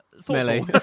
smelly